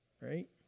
Right